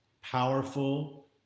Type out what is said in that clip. powerful